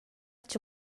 cha